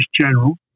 general